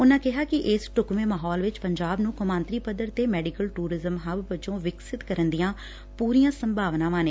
ਉਨੂਾ ਕਿਹਾ ਕਿ ਇਸ ਢੁਕਵੇਂ ਮਾਹੌਲ ਵਿਚ ਪੰਜਾਬ ਨੂੰ ਕੌਮਾਂਤਰੀ ਪੱਧਰ ਤੇ ਮੈਡੀਕਲ ਟੂਰਿਜ਼ਮ ਹੱਬ ਵਜੋਂ ਵਿਕਸਿਤ ਕਰਨ ਦੀਆਂ ਪੁਰੀਆਂ ਸੰਭਾਵਾਨਾਵਾਂ ਨੇ